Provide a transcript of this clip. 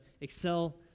excel